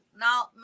Now